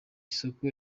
soko